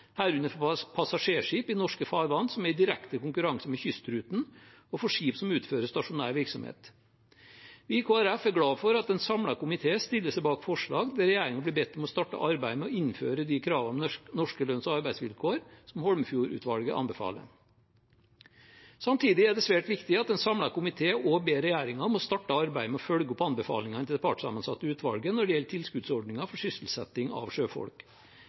herunder for passasjerskip i norske farvann som er i direkte konkurranse med Kystruten og for skip som utfører stasjonær virksomhet. Vi i Kristelig Folkeparti er glad for at en samlet komité stiller seg bak forslag der regjeringen blir bedt om å starte arbeidet med å innføre de kravene om norske lønns- og arbeidsvilkår som Holmefjord-utvalget anbefaler. Samtidig er det svært viktig at en samlet komité også ber regjeringen om å starte arbeidet med å følge opp anbefalingene til det partssammensatte utvalget når det gjelder tilskuddsordninger for sysselsetting av sjøfolk.